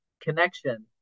connection